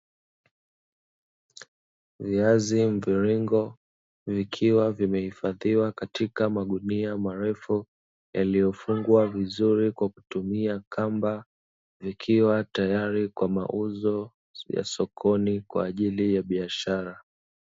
Viazi mviringo vikiwa vimehifadhiwa katika magunia marefu, yaliyofungwa vizuri kwa kutumia kamba, vikiwa tayari kwa ajili ya mauzo sokoni kwa ajii ya biashara.